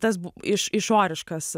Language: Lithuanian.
tas iš išoriškas